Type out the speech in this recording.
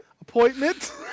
Appointment